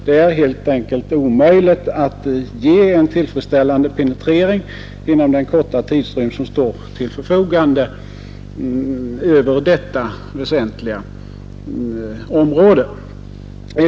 Det är helt enkelt omöjligt att göra en tillfredsställande penetrering av hela detta område inom den korta tidrymd som står till förfogande.